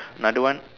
another one